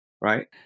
right